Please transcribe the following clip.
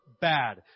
bad